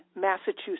Massachusetts